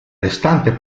restante